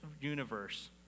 universe